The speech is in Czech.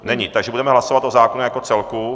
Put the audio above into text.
Není, takže budeme hlasovat o zákonu jako celku.